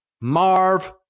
Marv